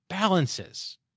balances